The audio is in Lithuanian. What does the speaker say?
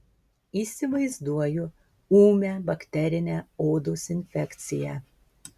įsivaizduoju ūmią bakterinę odos infekciją